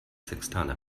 sextaner